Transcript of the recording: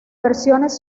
versiones